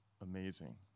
amazing